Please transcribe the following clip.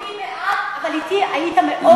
אני בעד, אבל אתי היית מאוד קמצן בזמן.